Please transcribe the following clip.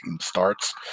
starts